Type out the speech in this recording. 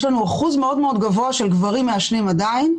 יש לנו אחוז מאוד מאוד גבוה של גברים מעשנים עדיין,